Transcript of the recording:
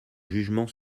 jugement